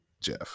Jeff